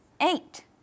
eight